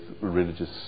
religious